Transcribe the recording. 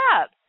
up